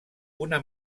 una